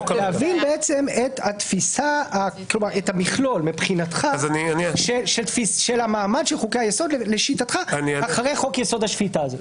להבין את המכלול של המעמד של חוקי היסוד לשיטתך אחרי חוק יסוד: השפיטה.